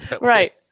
Right